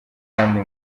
kandi